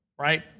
right